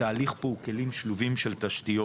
התהליך פה הוא כלים שלובים של תשתיות.